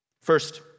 First